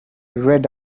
red